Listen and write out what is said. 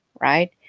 right